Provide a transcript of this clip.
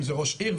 אם זה ראש עיר,